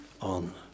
on